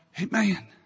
Amen